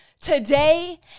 today